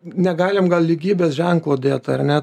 negalim gal lygybės ženklo dėt ar ne